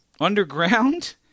Underground